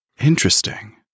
Interesting